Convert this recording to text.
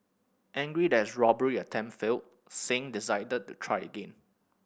angry that his robbery attempt failed Singh decided to try again